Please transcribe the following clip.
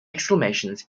exclamations